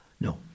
No